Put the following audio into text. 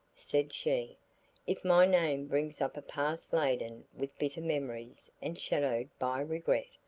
said she if my name brings up a past laden with bitter memories and shadowed by regret,